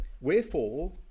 Wherefore